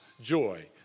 joy